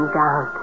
down